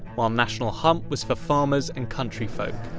while national hunt was for farmers and country folk.